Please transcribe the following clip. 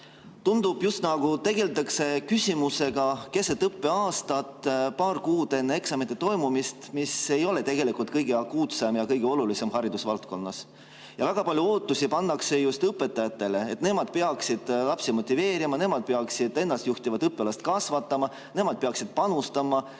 Tundub, just nagu tegeldakse küsimusega keset õppeaastat, paar kuud enne eksamite toimumist, mis ei ole tegelikult kõige akuutsem ja kõige olulisem haridusvaldkonnas. Väga palju ootusi pannakse just õpetajatele, et nemad peaksid lapsi motiveerima, nemad peaksid ennastjuhtivat õpilast kasvatama, nemad peaksid panustama ja